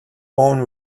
own